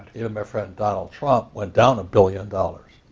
even my friend, donald trump, went down a billion dollars.